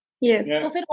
Yes